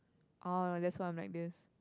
orh that's why I'm like this